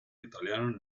italiano